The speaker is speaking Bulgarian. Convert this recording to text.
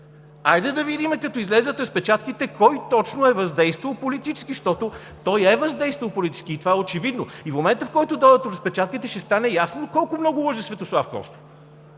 Хайде да видим, като излязат разпечатките кой точно е въздействал политически, щото той е въздействал политически! И това е очевидно! И в момента, в който дойдат разпечатките, ще стане ясно колко много лъже Светослав Костов,